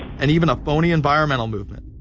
and even a phony environmental movement.